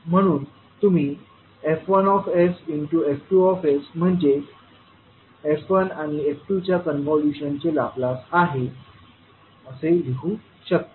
म्हणून तुम्ही F1sF2s म्हणजे f1आणि f2च्या कॉन्व्होल्यूशनचे लाप्लास आहे असे लिहू शकता